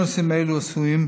בונוסים אלו עשויים